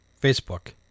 Facebook